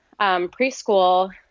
preschool